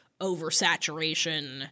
oversaturation